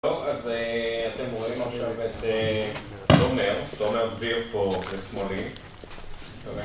טוב, אז אתם רואים עכשיו את תומר, תומר דביר פה, לשמאלי